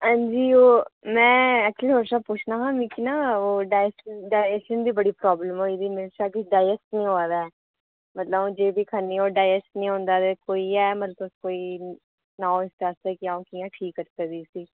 हां जी ओह् में एक्चूअली थुहाड़े कशा पुच्छना हा मिगी ना डाइजेस्ट दी बड़ी प्रॉब्लम होई दी मिगी डाइजेस्ट निं होआ दा ऐ मतलब अ'ऊं जे किश बी ख'न्नी ओह् डाइजेस्ट निं होंदा ऐ मतलब ऐ कोई ऐ कोल कोई सनाओ फ्ही अस कि'यां ठीक करी सकदे इस्सी